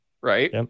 Right